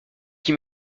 qui